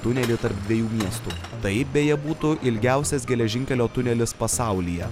tunelį tarp dviejų miestų tai beje būtų ilgiausias geležinkelio tunelis pasaulyje